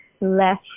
less